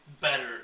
better